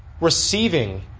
receiving